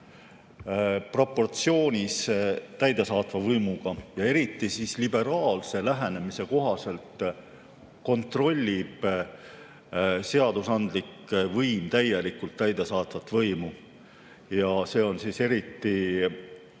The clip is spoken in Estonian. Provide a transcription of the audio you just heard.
proportsioonis täidesaatva võimuga. Eriti liberaalse lähenemise kohaselt kontrollib seadusandlik võim täielikult täidesaatvat võimu. See on eriti